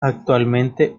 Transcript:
actualmente